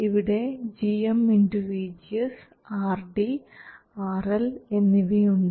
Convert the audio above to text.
ഇവിടെ gmvGS RD RL എന്നിവയുണ്ട്